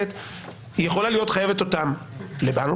היא יכולה להיות חייבת אותם לבנק,